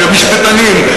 ומשפטנים,